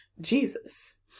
Jesus